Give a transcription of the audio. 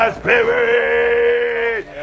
spirit